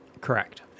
Correct